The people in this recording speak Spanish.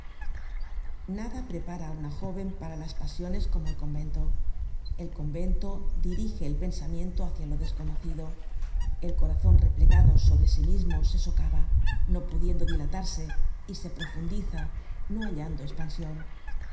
nada prepara á una jóven para las pasiones como el convento el convento dirige el pensamiento hácia lo desconocido el corazon replegado sobre sí mismo se socava no pudiendo dilatarse y se profundiza no hallando espansion